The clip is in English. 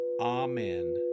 Amen